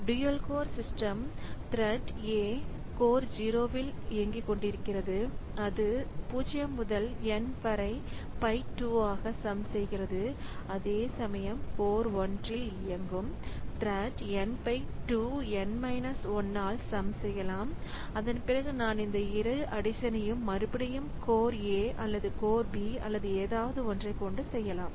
dual core system thread A core 0 வில் இயங்கிக் கொண்டிருக்கிறது அது 0 முதல் n வரை பை 2ஆக சம் செய்கிறது அதே சமயம் கோர் 1 இல் இயங்கும் த்ரெட் N பை 2 n 1 ஆல் சம் செய்யலாம் அதன் பிறகு நான் இந்த இரு அடிசனையும் மறுபடியும் கோர்A அல்லது கோர்B அல்லது ஏதாவது ஒன்றை கொண்டு செய்யலாம்